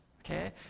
okay